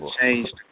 changed